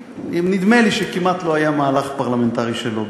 ונדמה לי שכמעט לא היה מהלך פרלמנטרי שלא ביצעתי.